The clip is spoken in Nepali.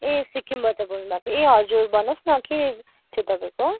ए सिक्किमबाट बोल्नुभएको ए हजुर भन्नुहोस् न के थियो तपाईँको